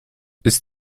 ist